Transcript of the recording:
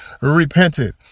repented